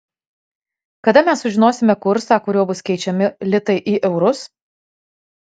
kada mes sužinosime kursą kuriuo bus keičiami litai į eurus